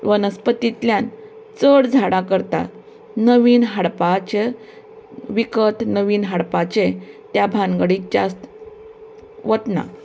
वनस्पतींतल्यान चड झाडां करता नवीन हाडपाचें विकत नवीन हाडपाचें त्या भानगडीक जास्त वचना